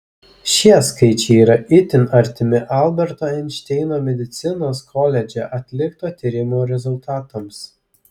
šie skaičiai yra itin artimi alberto einšteino medicinos koledže atlikto tyrimo rezultatams